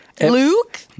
Luke